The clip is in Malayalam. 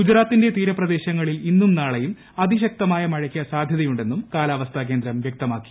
ഗുജറാത്തിന്റെ തീരപ്രദേശങ്ങളിൽ ഇന്നും നാളെയും അതി ശക്തമായ മഴയ്ക്ക് സാധ്യതയുണ്ടെന്നും കാലാവസ്ഥ കേന്ദ്രം വ്യക്തമാക്കി